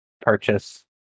purchase